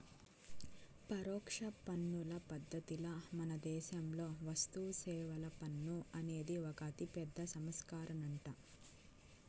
పరోక్ష పన్నుల పద్ధతిల మనదేశంలో వస్తుసేవల పన్ను అనేది ఒక అతిపెద్ద సంస్కరనంట